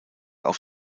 auf